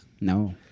No